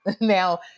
Now